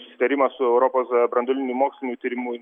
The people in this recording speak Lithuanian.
susitarimas su europos branduolinių mokslinių tyrimų